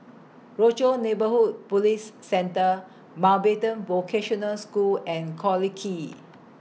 Rochor Neighborhood Police Centre Mountbatten Vocational School and Collyer Quay